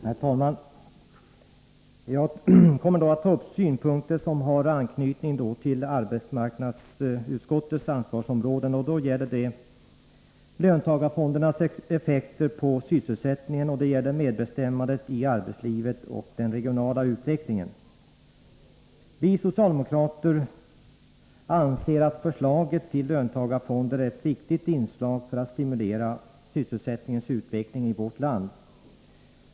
Herr talman! Jag kommer att ta upp synpunkter som har anknytning till arbetsmarknadsutskottets ansvarsområden. Det gäller löntagarfondernas Vi socialdemokrater anser att förslaget till löntagarfonder är ett viktigt inslag för att stimulera sysselsättningens utveckling i vårt land.